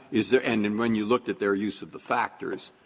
is there and and when you looked at their use of the factors,